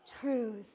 truth